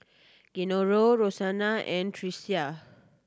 Gennaro Rosanna and Tricia